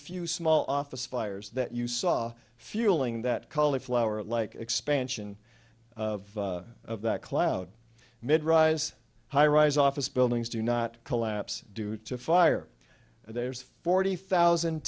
few small office fires that you saw fueling that cauliflower like expansion of of that cloud mid rise high rise office buildings do not collapse due to fire and there's forty thousand